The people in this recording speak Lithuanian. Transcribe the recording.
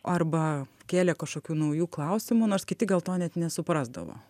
arba kėlė kažkokių naujų klausimų nors kiti gal to net nesuprasdavo